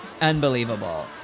Unbelievable